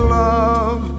love